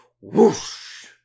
whoosh